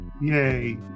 Yay